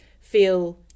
feel